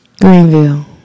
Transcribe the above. Greenville